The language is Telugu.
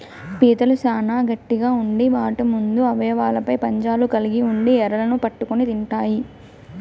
పీతలు చానా గట్టిగ ఉండి వాటి ముందు అవయవాలపై పంజాలు కలిగి ఉండి ఎరలను పట్టుకొని తింటాయి